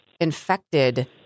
infected